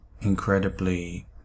incredibly